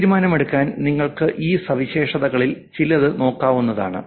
തീരുമാനമെടുക്കാൻ നിങ്ങൾക്ക് ഈ സവിശേഷതകളിൽ ചിലത് നോക്കാവുന്നതാണ്